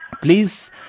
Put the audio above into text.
Please